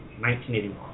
1981